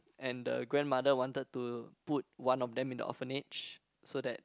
and the grandmother wanted to put one of them in the orphanage so that